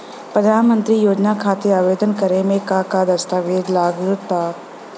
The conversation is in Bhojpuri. प्रधानमंत्री योजना खातिर आवेदन करे मे का का दस्तावेजऽ लगा ता?